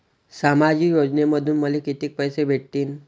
सामाजिक योजनेमंधून मले कितीक पैसे भेटतीनं?